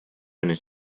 öne